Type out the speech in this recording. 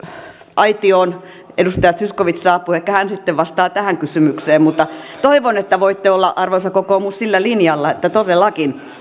aitioon edustaja zyskowicz saapui ehkä hän sitten vastaa tähän kysymykseen toivon että voitte olla arvoisa kokoomus sillä linjalla että todellakin